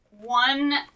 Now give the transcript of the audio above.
one